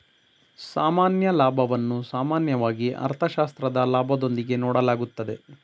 ಸಾಮಾನ್ಯ ಲಾಭವನ್ನು ಸಾಮಾನ್ಯವಾಗಿ ಅರ್ಥಶಾಸ್ತ್ರದ ಲಾಭದೊಂದಿಗೆ ನೋಡಲಾಗುತ್ತದೆ